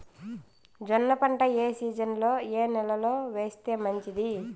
జొన్న పంట ఏ సీజన్లో, ఏ నెల లో వేస్తే మంచిది?